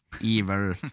evil